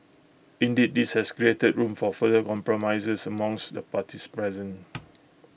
indeed this has created room for further compromises amongst the parties present